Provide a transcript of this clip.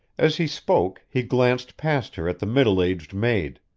as he spoke, he glanced past her at the middle-aged maid,